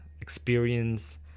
experience